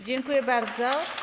Dziękuję bardzo.